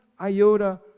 iota